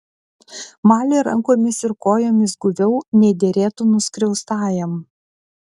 malė rankomis ir kojomis guviau nei derėtų nuskriaustajam